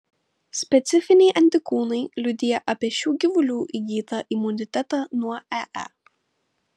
specifiniai antikūnai liudija apie šių gyvulių įgytą imunitetą nuo ee